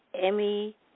Emmy